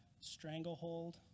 stranglehold